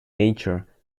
nature